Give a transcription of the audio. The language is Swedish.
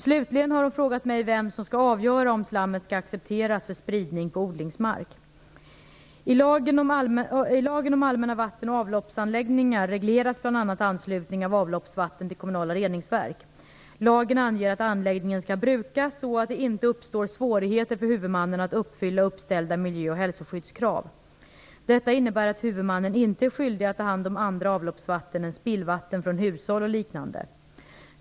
Slutligen har hon frågat mig vem som skall avgöra om slammet skall accepteras för spridning på odlingsmark. Lagen anger att anläggningen skall brukas så att det inte uppstår svårigheter för huvudmannen att uppfylla uppställda miljö och hälsoskyddskrav. Detta innebär att huvudmannen inte är skyldig att ta hand om andra avloppsvatten än spillvatten från hushåll och liknande.